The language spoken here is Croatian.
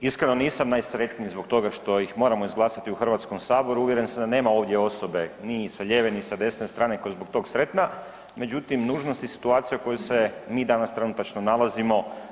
Iskreno nisam najsretniji zbog toga što ih moramo izglasati u Hrvatskom saboru uvjeren sam da nema ovdje osobe ni sa lijeve, ni sa desne strane koja je zbog tog sretna, međutim nužnost je situacija u kojoj se mi danas trenutačno nalazimo.